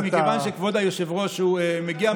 מכיוון שכבוד היושב-ראש מגיע מהשלטון המקומי,